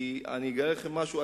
כי אני אגלה לכם משהו,